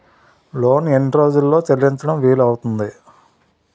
Loan ఎన్ని రోజుల్లో చెల్లించడం వీలు అవుతుంది?